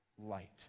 light